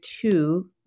two